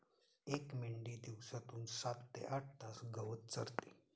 एक मेंढी दिवसातून सात ते आठ तास गवत चरते